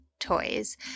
Toys